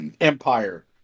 Empire